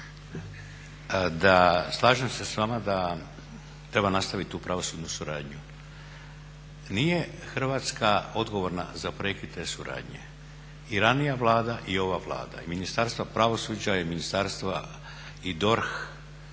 Slažem se s vama da treba nastaviti tu pravosudnu suradnju. Nije Hrvatska odgovorna za prekid te suradnje. I ranija Vlada i ova Vlada i Ministarstva pravosuđa i DORH